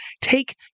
take